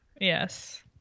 yes